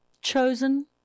chosen